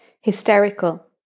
Hysterical